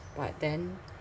but then